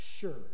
Sure